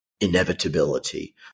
inevitability